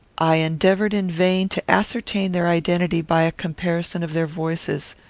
i endeavoured in vain to ascertain their identity by a comparison of their voices.